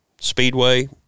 Speedway